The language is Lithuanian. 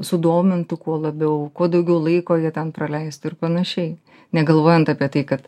sudomintų kuo labiau kuo daugiau laiko jie ten praleistų ir panašiai negalvojant apie tai kad